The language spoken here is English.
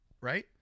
Right